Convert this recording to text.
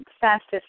fastest